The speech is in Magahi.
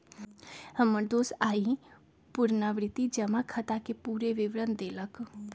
हमर दोस आइ पुरनावृति जमा खताके पूरे विवरण देलक